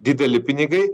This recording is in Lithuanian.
dideli pinigai